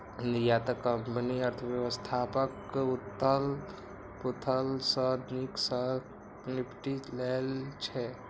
निर्यातक कंपनी अर्थव्यवस्थाक उथल पुथल सं नीक सं निपटि लै छै